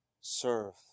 Serve